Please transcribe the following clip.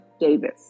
Davis